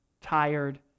tired